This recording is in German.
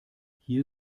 hier